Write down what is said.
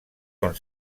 con